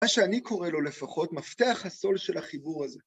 מה שאני קורא לו לפחות מפתח הסול של החיבור הזה.